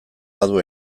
badu